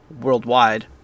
worldwide